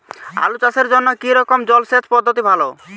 আলু চাষের জন্য কী রকম জলসেচ পদ্ধতি ভালো?